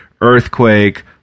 earthquake